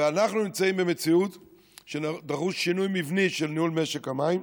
אנחנו נמצאים במציאות שדרוש שינוי מבני בניהול משק המים,